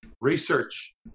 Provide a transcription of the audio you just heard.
research